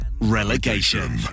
relegation